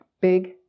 Big